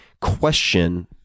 question